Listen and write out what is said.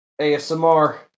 ASMR